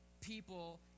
people